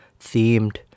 themed